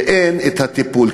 ואין את הטיפול.